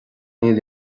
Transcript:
níl